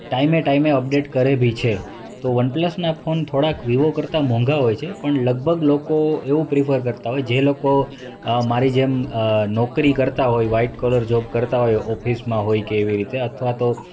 time એ time update કરે બી છે તો વન પ્લસના ફોન થોડાક વિવો કરતાં મોંઘા હોય છે પણ લગભગ લોકો એવું પ્રીફર કરતાં હોય જે લોકો મારી જેમ નોકરી કરતાં હોય વ્હાઈટ કોલર જોબ કરતાં હોય ઓફિસમાં હોય કે એવી રીતે અથવા તો